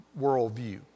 worldview